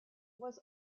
was